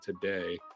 today